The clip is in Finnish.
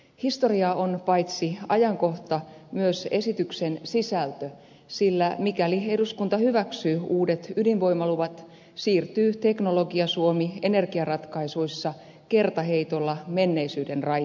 historiaa on paitsi ajankohta myös esityksen sisältö sillä mikäli eduskunta hyväksyy uudet ydinvoimaluvat siirtyy teknologia suomi energiaratkaisuissa kertaheitolla menneisyyden raiteelle